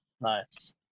Nice